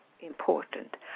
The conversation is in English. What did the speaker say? important